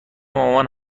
مامان